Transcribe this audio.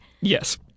Yes